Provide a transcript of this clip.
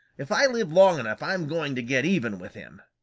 if i live long enough i'm going to get even with him!